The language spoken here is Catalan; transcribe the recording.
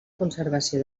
conservació